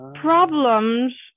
problems